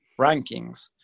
rankings